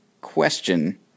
question